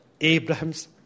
Abraham's